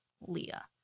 Leah